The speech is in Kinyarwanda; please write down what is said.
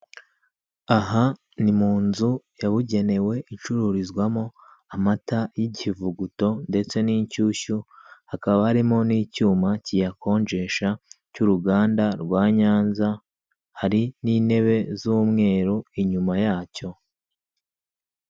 Aha ni mu nzu yabugenewe icururizwamo amata y'ikivuguto ndetse n'inshyushyu, hakaba harimo n'icyuma kiyakonjesha cy'uruganda rwa Nyanza, hari n'intebe z'umweru inyuma yacyo.